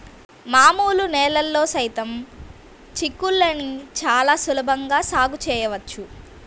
మామూలు నేలల్లో సైతం చిక్కుళ్ళని చాలా సులభంగా సాగు చేయవచ్చు